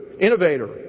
Innovator